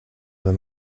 weil